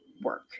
work